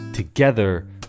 Together